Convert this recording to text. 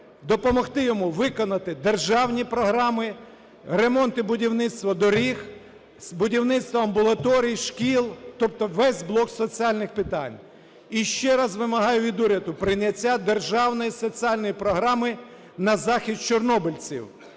допомогти йому виконати державні програми ремонту і будівництва доріг, будівництво амбулаторій, шкіл, тобто весь блок соціальних питань. І ще раз вимагаю від уряду прийняття державної соціальної програми на захист чорнобильців.